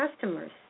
customers